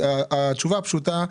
התשובה הפשוטה,